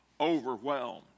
overwhelmed